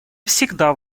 всегда